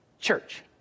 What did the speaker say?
church